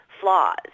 flaws